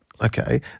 okay